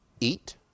eat